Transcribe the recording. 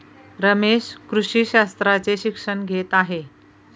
रमेश कृषी शास्त्राचे शिक्षण घेत आहे